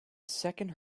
second